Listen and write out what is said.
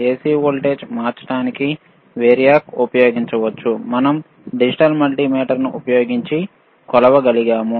AC voltage మార్చడానికి variac ఉపయోగించవచ్చు మనం డిజిటల్ మల్టీమీటర్ ఉపయోగించి కొలవగలిగాము